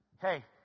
Hey